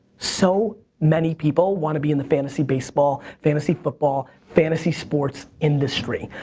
so many people wanna be in the fantasy baseball, fantasy football, fantasy sports industry.